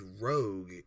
Rogue